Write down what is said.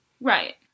right